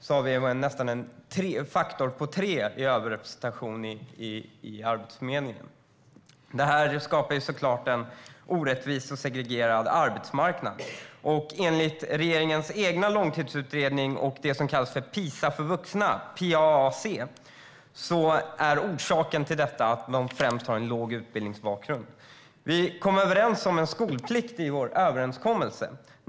Det är nästan en faktor på tre i överrepresentation av antalet inskrivna på Arbetsförmedlingen. Detta skapar naturligtvis en orättvis och segregerad arbetsmarknad. Enligt regeringens långtidsutredning och det som kallas för PISA för vuxna - PAAC - är orsaken främst att de utrikes födda har en låg utbildningsbakgrund. I vår överenskommelse ingick en skolplikt.